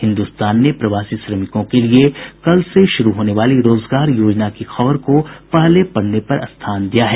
हिन्दुस्तान ने प्रवासी श्रमिकों के लिए कल से शुरू होने वाली रोजगार योजना की खबर को पहले पन्ने पर स्थान दिया है